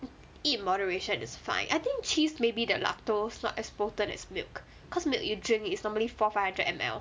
eat in moderation is fine I think cheese maybe the lactose not as potent as milk cause milk you drink is normally four five hundred M_L